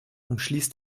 umschließt